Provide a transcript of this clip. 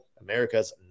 America's